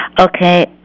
Okay